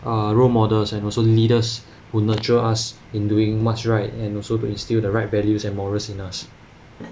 err role models and also leaders who nurture us in doing what's right and also to instill the right values and morals in us